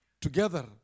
together